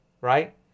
right